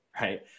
Right